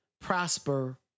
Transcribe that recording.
prosper